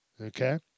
Okay